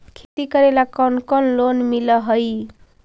खेती करेला कौन कौन लोन मिल हइ?